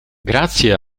grazie